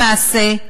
למעשה,